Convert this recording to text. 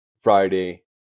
Friday